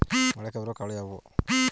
ಮೊಳಕೆ ಬರುವ ಕಾಳುಗಳು ಯಾವುವು?